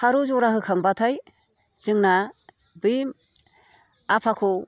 फारौ जरा होखांब्लाथाय जोंना बै आफाखौ